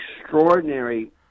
extraordinary –